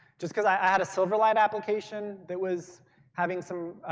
just because i had a silverlight application that was having some